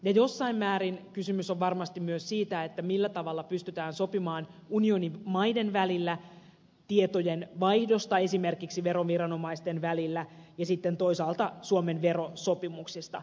jossain määrin kysymys on varmasti myös siitä millä tavalla pystytään sopimaan unionin maiden välillä tietojen vaihdosta esimerkiksi veroviranomaisten välillä ja sitten toisaalta suomen verosopimuksesta